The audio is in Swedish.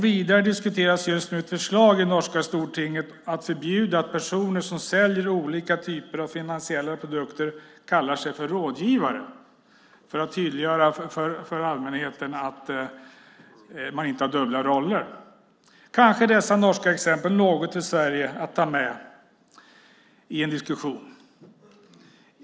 Vidare diskuteras just nu i norska Stortinget ett förslag om att förbjuda att personer som säljer olika typer av finansiella produkter kallar sig för rådgivare för att tydliggöra för allmänheten att man inte har dubbla roller. Kanske dessa norska exempel är något för Sverige att ta med i en diskussion.